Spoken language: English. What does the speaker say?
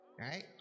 right